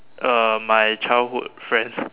uh my childhood friend